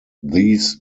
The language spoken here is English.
these